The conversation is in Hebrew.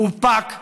מאופק,